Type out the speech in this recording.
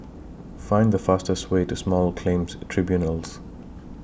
Find The fastest Way to Small Claims Tribunals